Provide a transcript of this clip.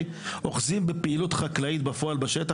אוחזים בפעילות חקלאית בפועל בשטח,